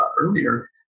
earlier